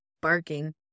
barking